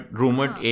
rumored